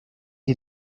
est